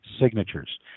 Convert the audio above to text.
signatures